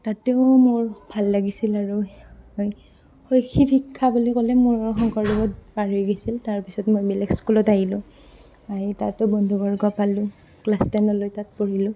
তাতেও মোৰ ভাল লাগিছিল আৰু মই শৈক্ষিক শিক্ষা বুলি ক'লে মোৰ শংকৰদেৱত পাৰ হৈ গৈছিল তাৰপিছত মই বেলেগ স্কুলত আহিলোঁ আহি তাতো বন্ধুবৰ্গ পালোঁ ক্লাছ টেনলৈ তাত পঢ়িলোঁ